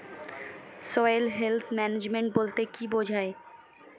Soil health management বলতে কি বুঝায়?